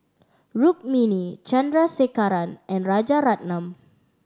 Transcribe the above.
Rukmini Chandrasekaran and Rajaratnam